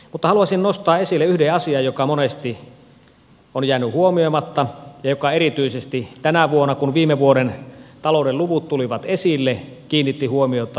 mutta haluaisin nostaa esille yhden asian joka monesti on jäänyt huomioimatta ja joka erityisesti tänä vuonna kun viime vuoden talouden luvut tulivat esille kiinnitti huomiota